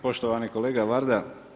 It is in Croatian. Poštovani kolega Varda.